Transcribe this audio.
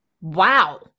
Wow